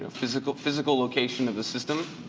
ah physical physical location of the system,